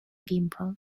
gimpo